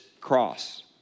cross